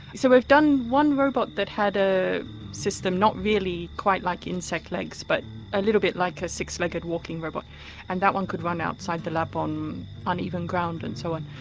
so we've done one robot that had a system not really quite like insect legs but a little bit like a six legged walking robot and that one could run outside the lab up on uneven ground and so on.